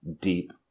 deep